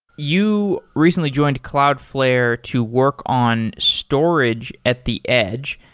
you recently joined cloudflare to work on storage at the edge.